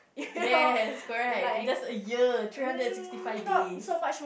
yes correct just a year three hundred and sixty five days